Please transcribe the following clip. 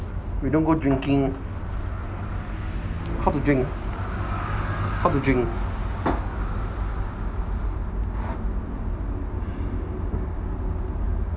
we don't go drinking how to drink how to drink